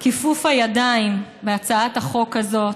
שכיפוף הידיים בהצעת החוק הזאת,